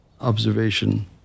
observation